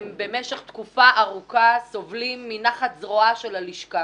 במשך תקופה ארוכה סובלים מנחת זרועה של הלשכה